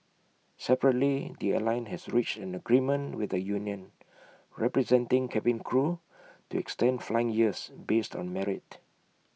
separately the airline has reached an agreement with the union representing cabin crew to extend flying years based on merit